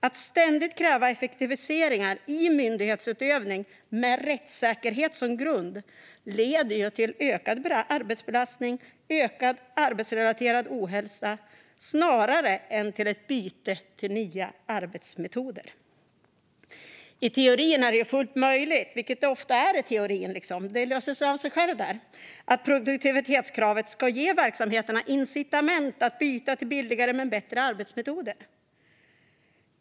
Att ständigt kräva effektiviseringar i myndighetsutövning med rättssäkerhet som grund leder till ökad arbetsbelastning och ökad arbetsrelaterad ohälsa snarare än till nya arbetsmetoder. I teorin är det väl fullt möjligt - så är det ju i teorin; det löser sig av sig självt där - att produktivitetskravet ska ge verksamheterna incitament att byta till billigare men bättre arbetsmetoder.